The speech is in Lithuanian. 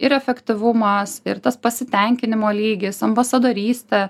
ir efektyvumas ir tas pasitenkinimo lygis ambasadorystė